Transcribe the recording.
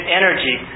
energy